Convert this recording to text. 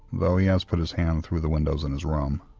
though he has put his hand through the windows in his room.